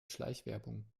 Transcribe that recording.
schleichwerbung